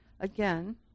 again